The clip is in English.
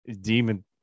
Demon